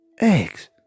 Eggs